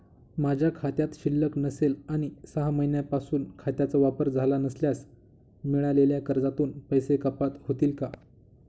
माझ्या खात्यात शिल्लक नसेल आणि सहा महिन्यांपासून खात्याचा वापर झाला नसल्यास मिळालेल्या कर्जातून पैसे कपात होतील का?